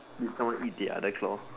did someone eat the other claw